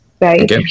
right